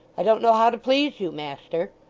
i don't know how to please you, master